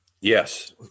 Yes